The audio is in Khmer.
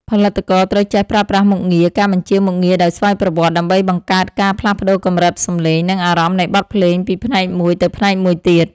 ផលិតករត្រូវចេះប្រើប្រាស់មុខងារ ការបញ្ជាមុខងារដោយស្វ័យប្រវត្តិ ដើម្បីបង្កើតការផ្លាស់ប្តូរកម្រិតសំឡេង និងអារម្មណ៍នៃបទភ្លេងពីផ្នែកមួយទៅផ្នែកមួយទៀត។